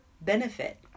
benefit